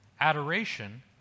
adoration